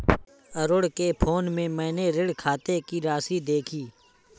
अरुण के फोन में मैने ऋण खाते की राशि देखी